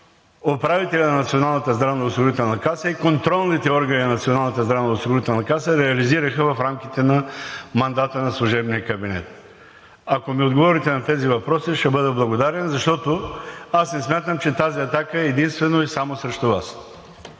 действията, които управителят и контролните органи на Националната здравноосигурителна каса реализираха в рамките на мандата на служебния кабинет. Ако ми отговорите на тези въпроси, ще бъда благодарен, защото не смятам, че тази атака е единствено и само срещу Вас.